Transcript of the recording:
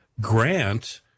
grant